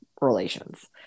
relations